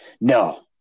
No